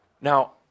Now